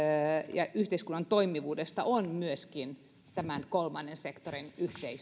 ja yhteiskunnan toimivuudesta on tämän kolmannen sektorin